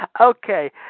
Okay